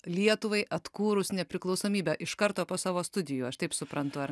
lietuvai atkūrus nepriklausomybę iš karto po savo studijų aš taip suprantu ar